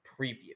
preview